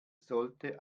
sollte